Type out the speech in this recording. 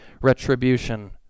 retribution